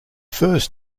first